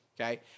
okay